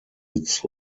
its